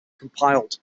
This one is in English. compiled